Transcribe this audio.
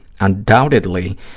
Undoubtedly